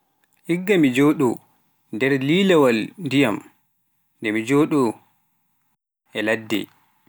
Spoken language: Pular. Igga mi jooɗo nder lilawaal ndiyam, nde mo jooɗo e ladde.